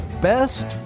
best